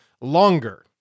longer